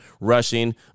rushing